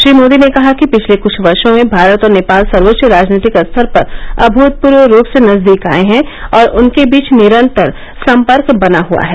श्री मोदी ने कहा कि पिछले कुछ वर्षो में भारत और नेपाल सर्वोच्च राजनीतिक स्तर पर अभूतपूर्व रूप से नजदीक आए हैं और उनके बीच निरन्तर सम्पर्क बना हुआ है